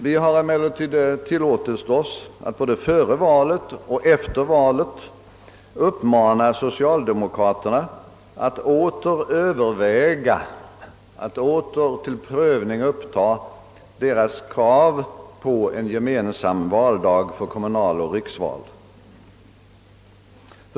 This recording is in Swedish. Vi har emellertid tillåtit oss att både före och efter valet uppmana socialdemokraterna att åter överväga och till prövning uppta sitt krav på en gemensam valdag för kommunaloch riksval.